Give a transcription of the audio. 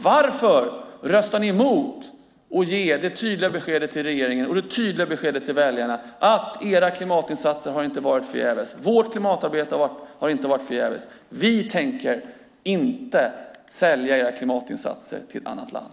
Varför röstar ni emot att ge det tydliga beskedet till regeringen och det tydliga beskedet till väljarna att deras klimatinsatser inte har varit förgäves, att klimatarbetet inte har varit förgäves och att man inte tänker sälja deras klimatinsatser till ett annat land?